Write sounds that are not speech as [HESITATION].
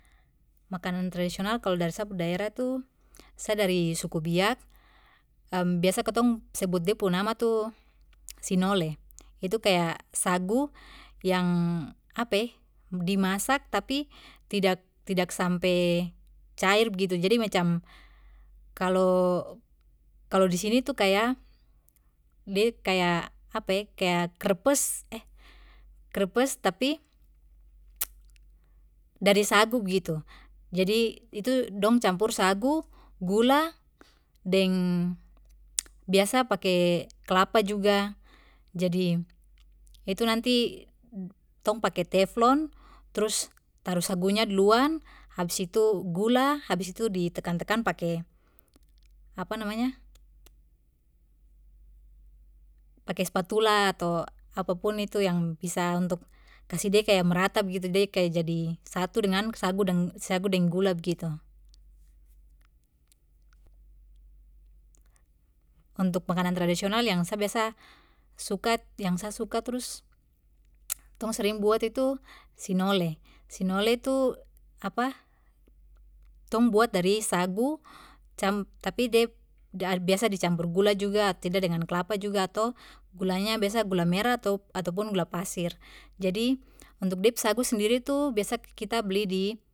Makanan tradisional kalo dari sa pu daerah tu, sa dari suku biak [HESITATION] biasa kitong sebut de pu nama tu sinole, itu kaya sagu yang [HESITATION] dimasak tapi tidak tidak sampe cair begitu jadi macam kalo, kalo disini tu kaya de kaya, de kaya [HESITATION] krepes eh, krepes tapi [HESITATION] dari sagu begitu jadi itu dong campur sagu gula deng biasa pake kelapa juga, jadi itu nanti tong pake teflon trus taruh sagunya duluan habis itu gula habis itu ditekan tekan pake [HESITATION] pake spatula ato apapun itu yang bisa untuk kasih de kaya merata begitu de kaya jadi satu dengan sagu dang sagu deng gula begitu. Untuk makanan tradisional yang sa biasa suka yang suka terus tong sering buat itu sinole, sinole itu [HESITATION] tong buat dari sagu cam tapi de biasa dicampur gula juga ato tidak dengan kelapa juga ato gulanya biasa gula merah ato ataupun gula pasir jadi untuk de pu sagu sendiri tu biasa kita beli di.